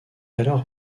alors